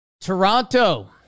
Toronto